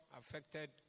affected